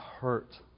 hurt